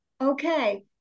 Okay